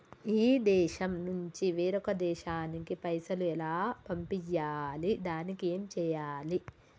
ఈ దేశం నుంచి వేరొక దేశానికి పైసలు ఎలా పంపియ్యాలి? దానికి ఏం చేయాలి?